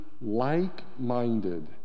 like-minded